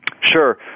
Sure